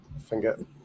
finger